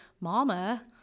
Mama